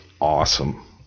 awesome